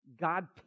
God